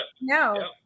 No